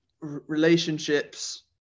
relationships